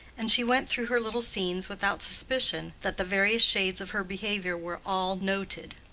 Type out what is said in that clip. and she went through her little scenes without suspicion that the various shades of her behavior were all noted.